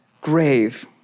grave